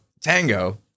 tango